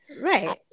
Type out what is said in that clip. right